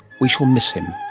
we shall miss him.